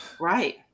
Right